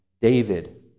David